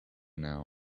now